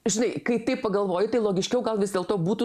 žinai kai taip pagalvoji tai logiškiau gal vis dėlto būtų